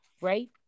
right